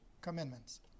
commandments